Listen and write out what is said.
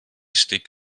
stick